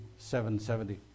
770